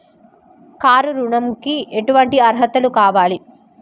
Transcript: Car ఋణంకి ఎటువంటి అర్హతలు కావాలి?